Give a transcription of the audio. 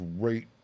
great